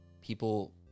people